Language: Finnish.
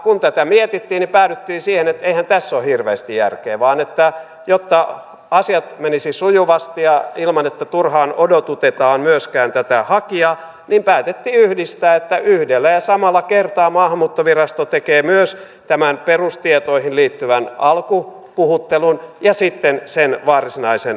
kun tätä mietittiin niin päädyttiin siihen että eihän tässä ole hirveästi järkeä vaan jotta asiat menisivät sujuvasti ja ilman että turhaan odotutetaan myöskään tätä hakijaa niin päätettiin yhdistää että yhdellä ja samalla kertaa maahanmuuttovirasto tekee myös tämän perustietoihin liittyvän alkupuhuttelun ja sitten sen varsinaisen turvapaikkapuhuttelun